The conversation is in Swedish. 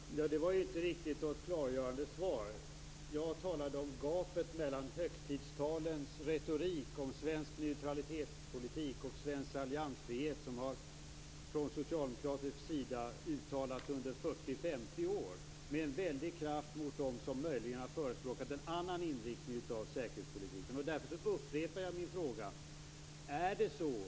Fru talman! Det var inte något klargörande svar. Jag talade om gapet mellan den förda politiken och högtidstalens retorik om svensk neutralitetspolitik och alliansfrihet, som har uttalats från socialdemokratisk sida under 40-50 år. Man har riktat en väldig kraft mot dem som möjligen har förespråkat en annan inriktning på säkerhetspolitiken. Därför upprepar jag min fråga.